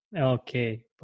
okay